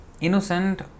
innocent